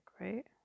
right